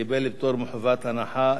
קיבלה פטור מחובת הנחה.